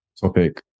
topic